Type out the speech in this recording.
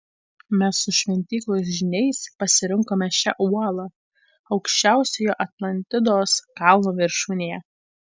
mes su šventyklos žyniais pasirinkome šią uolą aukščiausiojo atlantidos kalno viršūnėje